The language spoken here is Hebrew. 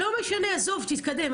לא משנה, תתקדם.